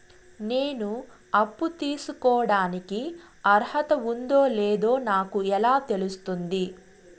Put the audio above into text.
నేను అప్పు తీసుకోడానికి అర్హత ఉందో లేదో నాకు ఎలా తెలుస్తుంది?